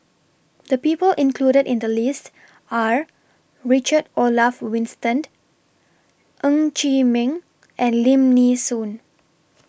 The People included in The list Are Richard Olaf Winstedt Ng Chee Meng and Lim Nee Soon